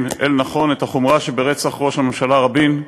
אל-נכון את החומרה שברצח ראש הממשלה רבין.